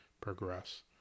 progress